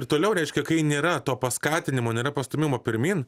ir toliau reiškia kai nėra to paskatinimo nėra pastūmimo pirmyn